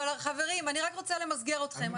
חברים, אני רק רוצה למסגר אתכם.